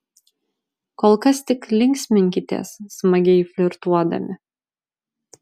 kol kas tik linksminkitės smagiai flirtuodami